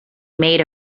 made